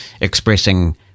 expressing